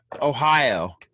Ohio